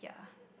yeah